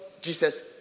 Jesus